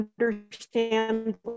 understand